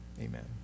amen